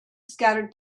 scattered